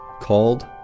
called